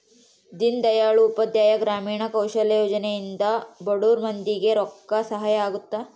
ದೀನ್ ದಯಾಳ್ ಉಪಾಧ್ಯಾಯ ಗ್ರಾಮೀಣ ಕೌಶಲ್ಯ ಯೋಜನೆ ಇಂದ ಬಡುರ್ ಮಂದಿ ಗೆ ರೊಕ್ಕ ಸಹಾಯ ಅಗುತ್ತ